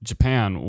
Japan